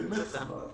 באמת חבל.